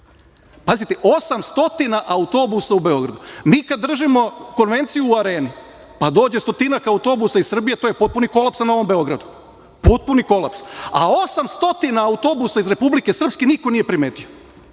Pazite, 800 autobusa u Beogradu? Mi kada držimo konvenciju u Areni, pa dođe stotinak autobusa iz Srbije, to je potpuni kolaps na Novom Beogradu, a 800 autobusa iz Republike Srpske niko nije primetio?